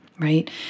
Right